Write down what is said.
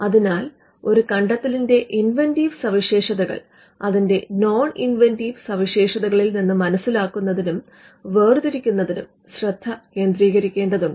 അതിനാൽ ഒരു കണ്ടെത്തലിന്റെ ഇൻവെൻറ്റിവ് സവിശേഷതകൾ അതിന്റെ നോൺ ഇൻവെന്റീവ് സവിശേഷതകളിൽ നിന്ന് മനസ്സിലാക്കുന്നതിനും വേർതിരിക്കുന്നതിനും ശ്രദ്ധ കേന്ദ്രീകരിക്കേണ്ടതുണ്ട്